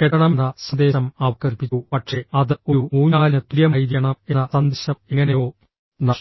കെട്ടണമെന്ന സന്ദേശം അവർക്ക് ലഭിച്ചു പക്ഷേ അത് ഒരു ഊഞ്ഞാലിന് തുല്യമായിരിക്കണം എന്ന സന്ദേശം എങ്ങനെയോ നഷ്ടമായി